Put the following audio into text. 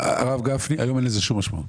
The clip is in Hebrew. הרב גפני, היום אין לזה שום משמעות.